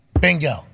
Bingo